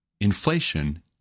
Inflation